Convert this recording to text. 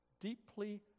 deeply